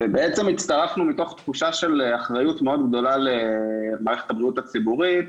בעצם הצטרפנו מתוך תחושה של אחריות מאוד גדולה למערכת הבריאות הציבורית.